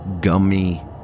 gummy